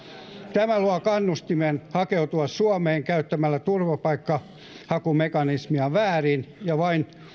tämä luo kannustimen hakeutua suomeen käyttämällä turvapaikanhakumekanismia väärin ja vain